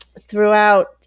throughout